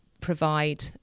provide